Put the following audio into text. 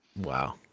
wow